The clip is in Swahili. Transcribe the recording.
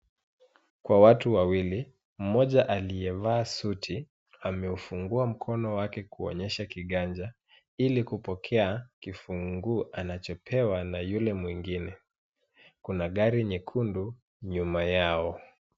Kwa watu wawili, mmoja aliyevaa suti, ameufungua mkono wake kuonyesha kiganja, ili kupokea kifunguo anachopewa na yule mwingine. Kuna gari nyekundu nyuma yao.